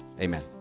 amen